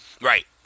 Right